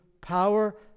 power